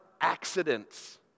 accidents